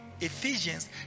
Ephesians